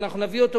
שאנחנו נביא אותו,